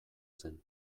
zen